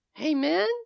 Amen